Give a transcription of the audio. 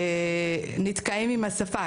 השפה נתקעים עם השפה,